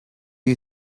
you